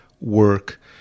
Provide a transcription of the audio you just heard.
work